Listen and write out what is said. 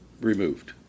removed